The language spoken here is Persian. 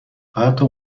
حتی